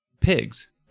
pigs